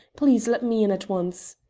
please let me in at once.